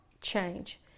change